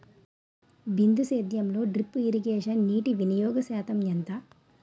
బిందు సేద్యంలో drip irrigation నీటివినియోగ శాతం ఎంత?